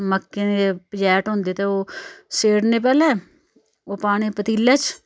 मक्कें दे पजैट होंदे ते ओह् सेड़ने पैह्लें ओह् पाने पतीले च